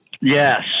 Yes